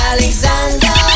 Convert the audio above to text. Alexander